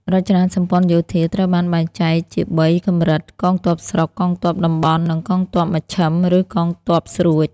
រចនាសម្ព័ន្ធយោធាត្រូវបានបែងចែកជា ៣ កម្រិត៖ កងទ័ពស្រុក, កងទ័ពតំបន់ និងកងទ័ពមជ្ឈិម (ឬ កងទ័ពស្រួច)។